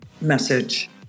message